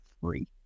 free